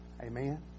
Amen